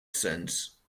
sense